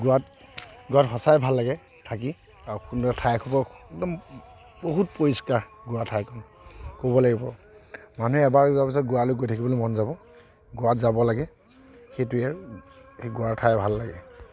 গোৱাত গোৱাত সঁচাই ভাল লাগে থাকি আৰু সুন্দৰ ঠাইসোপাও একদম বহুত পৰিস্কাৰ গোৱা ঠাইখন ক'ব লাগিব মানুহে এবাৰ যোৱাৰ পিছত গোৱালৈ গৈ থাকিবলৈ মন যাব গোৱাত যাব লাগে সেইটোৱে আৰু সেই গোৱাৰ ঠাই ভাল লাগে